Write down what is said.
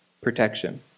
protection